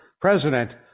president